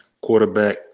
quarterback